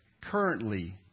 currently